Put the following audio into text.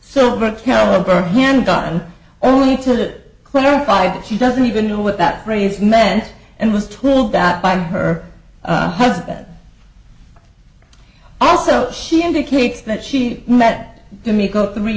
silver caliber handgun only to clarify that she doesn't even know what that phrase men and was told that by her husband also she indicates that she met jimmy go three